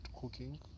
cooking